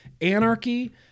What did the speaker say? anarchy